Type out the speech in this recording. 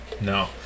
No